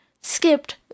skipped